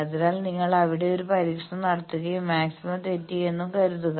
അതിനാൽ നിങ്ങൾ അവിടെ ഒരു പരീക്ഷണം നടത്തുകയും മാക്സിമ തെറ്റിയെന്നും കരുതുക